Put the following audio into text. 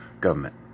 government